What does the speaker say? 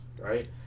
Right